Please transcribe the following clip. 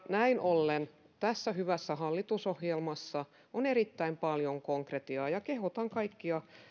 näin ollen tässä hyvässä hallitusohjelmassa on erittäin paljon konkretiaa ja kehotan kaikkia